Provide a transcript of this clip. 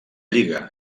lliga